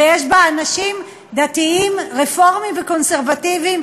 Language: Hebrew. ויש בה אנשים דתיים רפורמים וקונסרבטיבים,